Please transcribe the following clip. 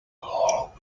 whole